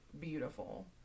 beautiful